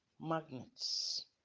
magnets